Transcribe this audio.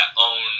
own